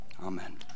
Amen